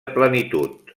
plenitud